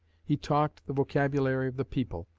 he talked the vocabulary of the people,